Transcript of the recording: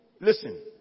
listen